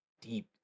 deep